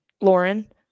Lauren